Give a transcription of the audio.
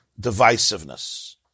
divisiveness